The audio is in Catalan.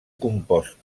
compost